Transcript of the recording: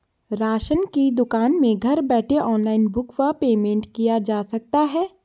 Ration की दुकान में घर बैठे ऑनलाइन बुक व पेमेंट किया जा सकता है?